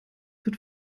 wird